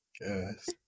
Yes